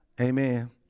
Amen